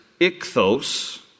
ichthos